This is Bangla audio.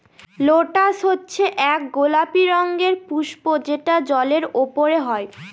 লোটাস হচ্ছে এক গোলাপি রঙের পুস্প যেটা জলের ওপরে হয়